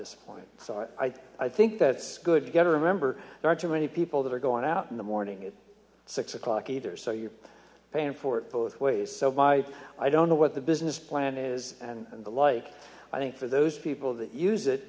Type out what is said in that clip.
this point so i i think that's good got to remember there are too many people that are going out in the morning at six o'clock either so you're paying for it both ways so by i don't know what the business plan is and the like i think for those people that use it